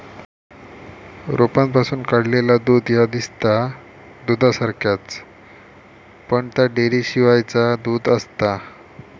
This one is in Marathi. रोपांपासून काढलेला दूध ह्या दिसता दुधासारख्याच, पण ता डेअरीशिवायचा दूध आसता